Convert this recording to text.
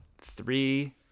three